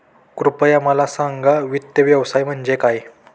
कृपया मला सांगा वित्त व्यवसाय म्हणजे काय?